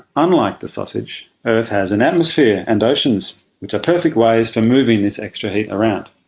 unlike the sausage, earth has an atmosphere and oceans which are perfect ways for moving this extra heat around.